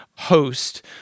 host